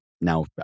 Now